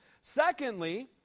Secondly